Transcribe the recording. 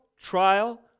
trial